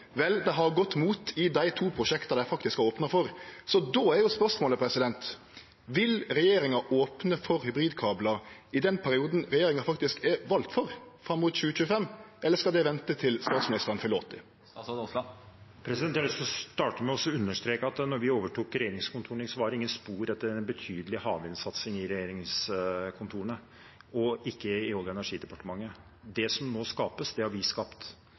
vel, dei har gått imot i dei to prosjekta dei har opna for. Då er spørsmålet: Vil regjeringa opne for hybridkablar i den perioden regjeringa faktisk er vald for, fram mot 2025, eller skal det vente til statsministeren fyller 80 år? Jeg vil starte med å understreke at da vi overtok regjeringskontorene, var det ingen spor etter en betydelig havvindsatsing i regjeringskontorene, heller ikke i Olje- og energidepartementet. Det som nå skapes, har vi skapt.